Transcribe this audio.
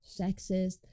sexist